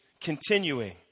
continuing